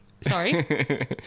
Sorry